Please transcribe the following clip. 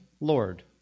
Lord